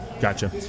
Gotcha